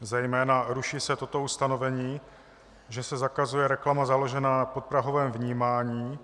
Zejména ruší se toto ustanovení, že se zakazuje reklama založená na podprahovém vnímání.